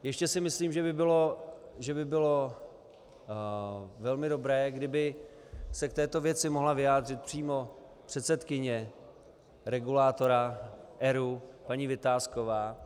Ještě si myslím, že by bylo velmi dobré, kdyby se k této věci mohla vyjádřit přímo předsedkyně regulátora, ERÚ, paní Vitásková.